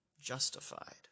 justified